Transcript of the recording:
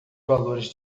valores